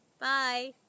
Bye